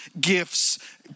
gifts